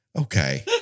Okay